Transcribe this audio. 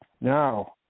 now